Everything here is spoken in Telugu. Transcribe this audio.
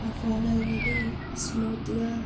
ఆ ఫోన్ అనేది స్మూత్గా